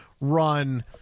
run